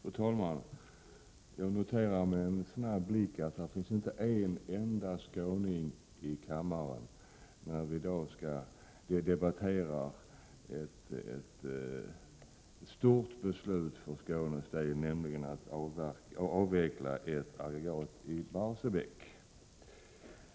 Fru talman! När jag snabbt blickar ut över kammaren, noterar jag att där inte finns en enda skåning i dag då vi skall fatta ett för Skåne mycket viktigt beslut, nämligen beslutet om avveckling av ett aggregat i Barsebäck.